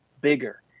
bigger